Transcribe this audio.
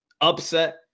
upset